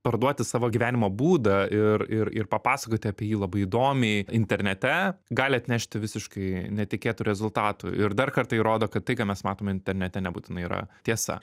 parduoti savo gyvenimo būdą ir ir ir papasakoti apie jį labai įdomiai internete gali atnešti visiškai netikėtų rezultatų ir dar kartą įrodo kad tai ką mes matome internete nebūtinai yra tiesa